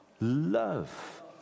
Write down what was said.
love